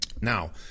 Now